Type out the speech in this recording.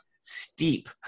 steep